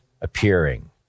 appearing